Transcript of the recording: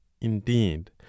indeed